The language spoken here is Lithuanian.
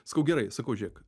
sakau gerai sakau žiūrėk